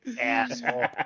asshole